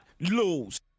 lose